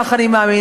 כך אני מאמינה,